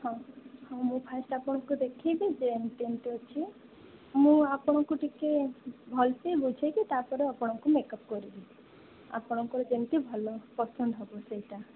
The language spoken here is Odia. ହଁ ମୁଁ ଫାଷ୍ଟ ଆପଣଙ୍କୁ ଦେଖିବି ଯେ କେମିତି ଅଛି ମୁଁ ଆପଣଙ୍କୁ ଟିକେ ଭଲସେ ବୁଝେଇକି ତାପରେ ଆପଣଙ୍କୁ ମେକଅପ କରିବି ଆପଣଙ୍କର ଯେମିତି ଭଲ ପସନ୍ଦ ହେବ ସେଇଟା